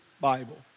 Bible